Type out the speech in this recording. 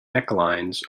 necklines